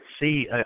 see